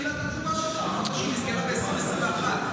בתחילת הדברים אמרת שהיא נסגרה ב-2021,